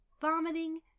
Vomiting